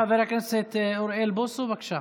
חבר הכנסת אוריאל בוסו, בבקשה.